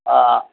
অঁ অঁ